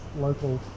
local